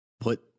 put